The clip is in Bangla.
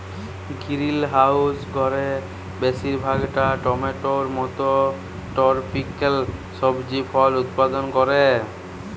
গিরিলহাউস ঘরে বেশিরভাগ টমেটোর মত টরপিক্যাল সবজি ফল উৎপাদল ক্যরা